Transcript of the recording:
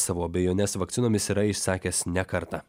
savo abejones vakcinomis yra išsakęs ne kartą